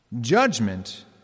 Judgment